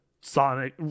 Sonic